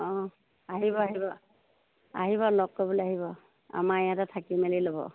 অঁ আহিব আহিব আহিব লগ ক'বলৈ আহিব আমাৰ ইয়াতে থাকি মেলি ল'ব